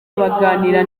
baganira